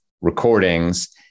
recordings